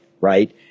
right